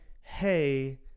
hey